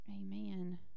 Amen